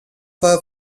her